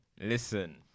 Listen